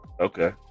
Okay